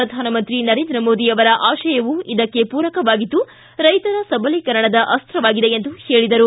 ಪ್ರಧಾನಮಂತ್ರಿ ನರೇಂದ್ರ ಮೋದಿ ಅವರ ಆಶಯವೂ ಇದಕ್ಕೆ ಪೂರಕವಾಗಿದ್ದು ರೈತರ ಸಬಲೀಕರಣದ ಅಸ್ತವಾಗಿದೆ ಎಂದರು